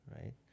right